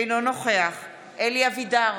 אינו נוכח אלי אבידר,